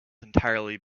entirely